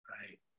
Right